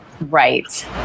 Right